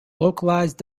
localized